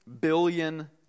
billion